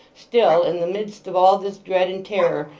still, in the midst of all this dread and terror,